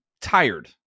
tired